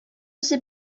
үзе